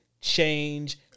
change